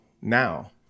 now